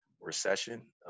recession